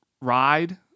ride